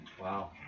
Wow